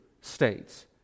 states